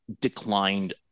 declined